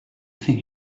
think